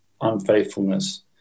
unfaithfulness